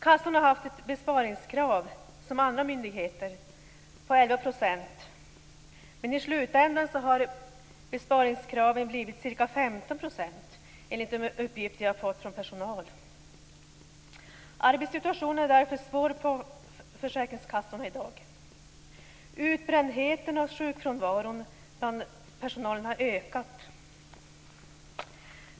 Kassorna har haft ett besparingskrav som andra myndigheter på 11 %. Men i slutändan har besparingskraven blivit ca 15 %, enligt de uppgifter jag fått från personal. Arbetssituationen är därför svår på försäkringskassorna i dag. Utbrändheten och sjukfrånvaron bland personalen har ökat.